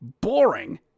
boring